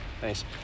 Thanks